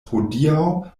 hodiaŭ